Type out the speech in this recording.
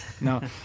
No